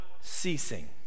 ceasing